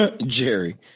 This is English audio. Jerry